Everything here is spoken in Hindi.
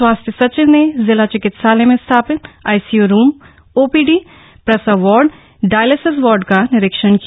स्वास्थ्य सचिव ने जिला चिकित्सालय में स्थापित आईसीयू रूम ओपीडी प्रसव वार्ड डायलिसिस वार्ड का निरीक्षण किया